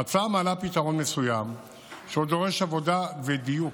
ההצעה מעלה פתרון מסוים שדורש עבודה ודיוק,